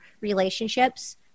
relationships